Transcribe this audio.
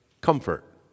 comfort